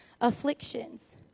afflictions